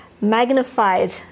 magnified